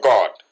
God